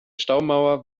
staumauer